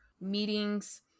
meetings